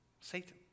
Satan